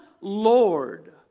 Lord